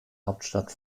hauptstadt